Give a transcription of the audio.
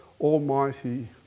Almighty